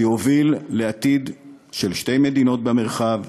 שיוביל לעתיד של שתי מדינות במרחב,